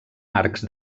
arcs